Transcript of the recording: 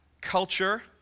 culture